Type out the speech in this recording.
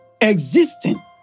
existing